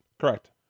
Correct